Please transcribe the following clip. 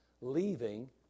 leaving